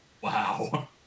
Wow